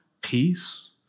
peace